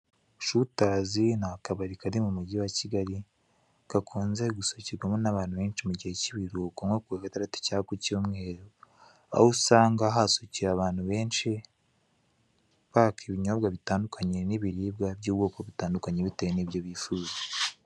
Shooters, ni akabari kari mu mujyi wa Kigali gakunze gusohokerwamo n'abantu benshi mu gihe cy'ibiruhuko nko kuwa gatandatu cyangwa ku cyumweru, aho usanga hasohokeye abantu benshi baka ibinyobwa bitandukanye n'ibiribwa by'ubwoko butandukanye bitewe n'ibyo bifuza.